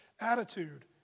attitude